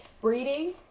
Breeding